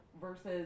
versus